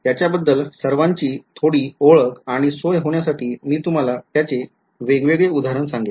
तर त्याच्या बद्दल सर्वांची थोडी ओळख आणि सोय होण्यासाठी मी तुम्हाला त्याचे वेगवेगळे उदाहरणं सांगेल